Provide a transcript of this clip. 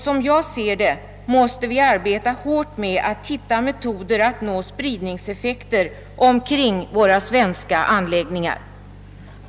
Som jag ser det måste vi arbeta hårt för att finna metoder att nå spridningseffekter omkring våra svenska anläggningar.